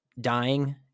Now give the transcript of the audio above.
dying